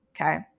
okay